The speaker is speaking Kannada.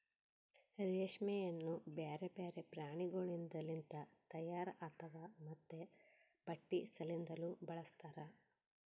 ರೇಷ್ಮೆಯನ್ನು ಬ್ಯಾರೆ ಬ್ಯಾರೆ ಪ್ರಾಣಿಗೊಳಿಂದ್ ಲಿಂತ ತೈಯಾರ್ ಆತಾವ್ ಮತ್ತ ಬಟ್ಟಿ ಸಲಿಂದನು ಬಳಸ್ತಾರ್